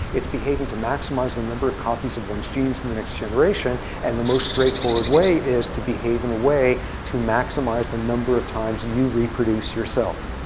it's behaving to maximize the number of copies of one's genes in the next generation. and the most straightforward way is to behave in a way to maximize the number of times you reproduce yourself.